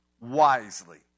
wisely